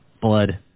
blood